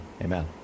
Amen